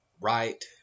right